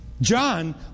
John